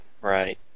Right